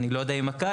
אני לא יודע אם הקיץ,